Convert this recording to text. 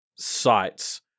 sites